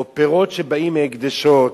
או פירות שבאים מהקדשות,